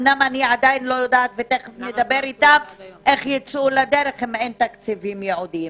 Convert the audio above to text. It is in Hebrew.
אני לא יודעת איך הם יחילו אותם אם אין תקציבים ייעודיים.